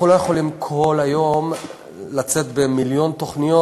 אנחנו לא יכולים כל היום לצאת במיליון תוכניות.